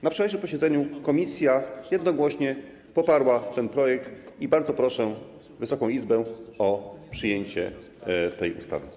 Na wczorajszym posiedzeniu komisja jednogłośnie poparła ten projekt i bardzo proszę Wysoką Izbę o przyjęcie tej ustawy.